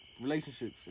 relationships